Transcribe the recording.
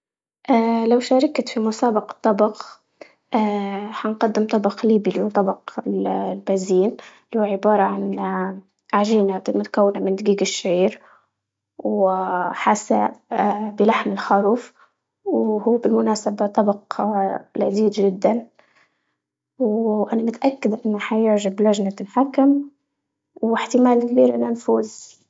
اه لو شاركت في مسابقة طبق اه حنقدم طبق ليبي اللي هو طبق البنزين، اللي هو عبارة عن اه عجينة مكونة من دقيق الشعير واه حاسة اه بلحم الخروف وهو بالمناسبة طبق اه لذيذ جدا انا متأكدة ان حاج بلجنة الحكم واحتمال كبير اننا نفوز.